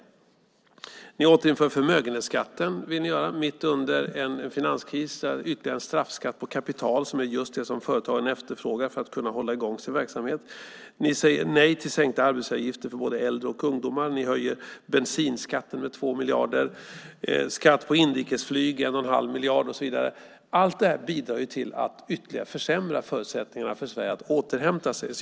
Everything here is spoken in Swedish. Ni vill återinföra förmögenhetsskatten mitt under en finanskris med ytterligare en straffskatt på kapital som är just det som företagarna efterfrågar för att kunna hålla i gång sin verksamhet. Ni säger nej till sänkta arbetsgivaravgifter för både äldre och ungdomar. Ni höjer bensinskatten med 2 miljarder och vill ha skatt på inrikesflyg med 1 1⁄2 miljard och så vidare. Allt detta bidrar till att ytterligare försämra förutsättningarna för Sverige att återhämta sig.